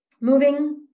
moving